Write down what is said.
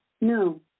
No